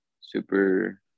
super